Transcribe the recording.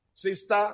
Sister